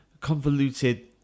convoluted